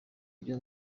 ibyo